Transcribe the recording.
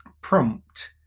prompt